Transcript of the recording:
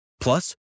Plus